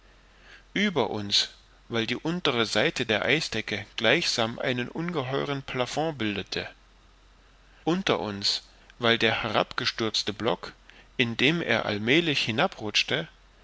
ueber uns weil die untere seite der eisdecke gleichsam einen ungeheuren plafond bildete unter uns weil der herabgestürzte block indem er allmälig